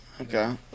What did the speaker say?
Okay